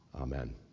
Amen